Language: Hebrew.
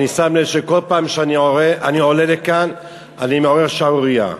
אני שם לב שכל פעם שאני עולה לכאן אני מעורר שערורייה.